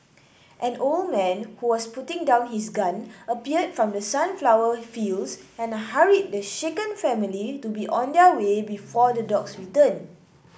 an old man who was putting down his gun appeared from the sunflower fields and hurried the shaken family to be on their way before the dogs return